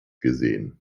gesehen